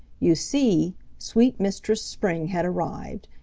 you see, sweet mistress spring had arrived,